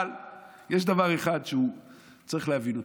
אבל יש דבר אחד שצריך להבין אותו,